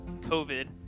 covid